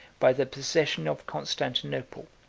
by the possession of constantinople,